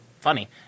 funny